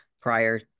prior